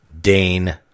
Dane